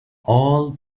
all